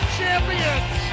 champions